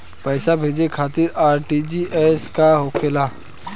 पैसा भेजे खातिर आर.टी.जी.एस का होखेला?